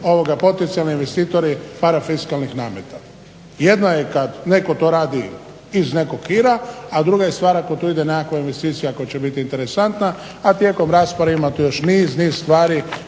poticaja, investitori parafiskalnih nameta. Jedno je kad netko to radi iz nekog hira a druga stvar je ako to ide nekakva investicija koja će biti interesantna a tijekom rasprave ima još tu još niz, niz stvari